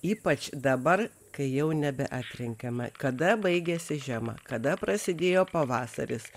ypač dabar kai jau nebeatrenkama kada baigėsi žiema kada prasidėjo pavasaris